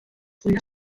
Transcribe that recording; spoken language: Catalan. fulles